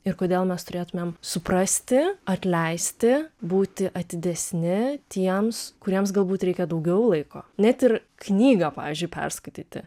ir kodėl mes turėtumėm suprasti atleisti būti atidesni tiems kuriems galbūt reikia daugiau laiko net ir knygą pavyzdžiui perskaityti